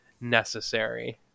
necessary